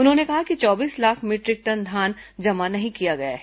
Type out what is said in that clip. उन्होंने कहा कि चौबीस लाख मीटरिक टन धान जमा नहीं किया गया है